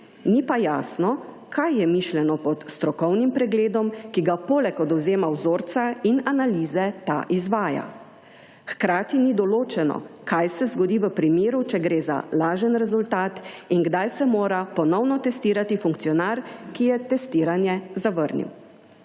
ni pa jasno, kaj je mišljeno pod strokovnim pregledom, ki ga poleg odvzema vzorca in analize ta izvaja. Hkrati ni določeno, kaj se zgodi v primeru, če gre za lažen rezultat, in kdaj se mora ponovno testirati funkcionar, ki je testiranje zavrnil.